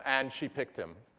and she picked him.